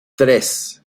tres